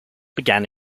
began